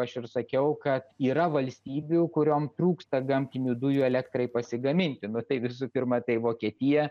aš ir sakiau kad yra valstybių kuriom trūksta gamtinių dujų elektrai pasigaminti nu tai visų pirma tai vokietija